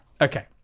okay